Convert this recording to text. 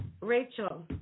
Rachel